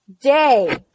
day